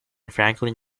franklin